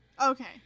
okay